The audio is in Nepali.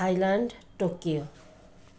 Thailand Tokyo